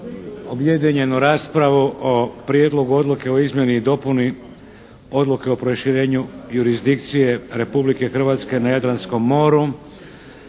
objedinjenu raspravu o - Prijedlog odluke o izmjeni i dopuni Odluke o proširenju jurisdikcije Republike Hrvatske na Jadranskom moru,